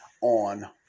on